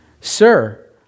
Sir